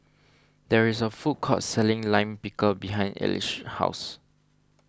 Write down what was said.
there is a food court selling Lime Pickle behind Elige's house